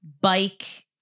bike